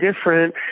different